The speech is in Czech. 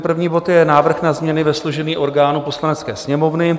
První bod je návrh na změny ve složení orgánů Poslanecké sněmovny.